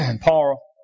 Paul